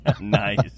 nice